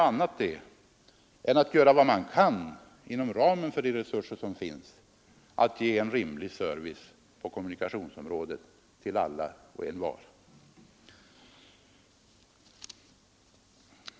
Man skall göra vad man kan, inom ramen för de resurser som finns, för att åt alla och envar ge en rimlig service på kommunikationsområdet.